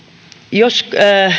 jos